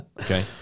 Okay